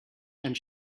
and